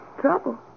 Trouble